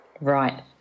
Right